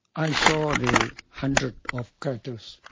i saw the hundreds of craters.